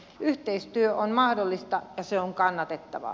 yhteistyö on mahdollista ja se on kannatettavaa